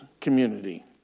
community